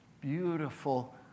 beautiful